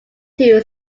too